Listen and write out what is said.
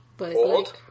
Old